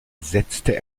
setzte